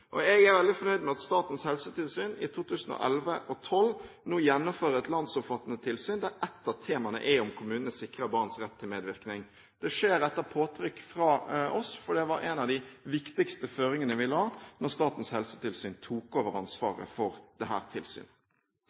medvirkning. Jeg er veldig fornøyd med at Statens helsetilsyn i 2011 og 2012 skal gjennomføre et landsomfattende tilsyn, der et av temaene er om kommunene sikrer barns rett til medvirkning. Det skjer etter påtrykk fra oss, for det var en av de viktigste føringene vi la da Statens helsetilsyn tok over ansvaret for dette tilsynet.